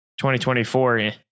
2024